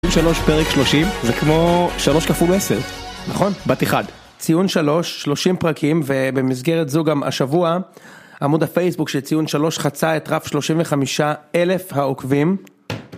3 פרק 30 זה כמו 3 כפול 10 נכון בת 1 ציון 3 30 פרקים ובמסגרת זו גם השבוע עמוד הפייסבוק של ציון 3 חצה את רף 35 אלף העוקבים